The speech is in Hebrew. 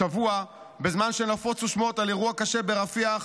השבוע, בזמן שנפוצו שמועות על אירוע קשה ברפיח,